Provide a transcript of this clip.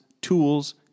tools